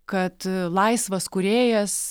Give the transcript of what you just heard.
kad laisvas kūrėjas